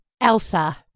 Elsa